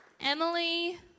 Emily